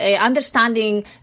understanding